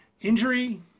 injury